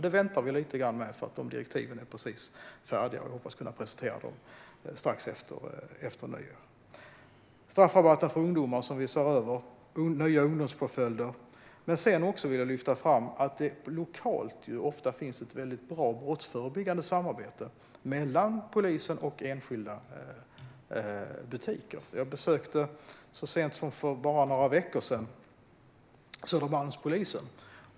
Vi väntar lite grann där eftersom direktiven precis är färdiga, och vi hoppas att kunna presentera dem strax efter nyår. Vi ser över straffrabatten för ungdomar och nya ungdomspåföljder. Jag vill också lyfta fram att det ofta finns ett bra brottsförebyggande samarbete lokalt mellan polisen och enskilda butiker. Jag besökte så sent som för bara några veckor sedan Södermalmspolisen.